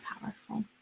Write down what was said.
powerful